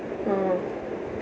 oh